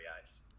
eyes